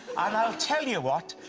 and i'll tell you what,